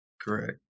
correct